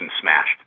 smashed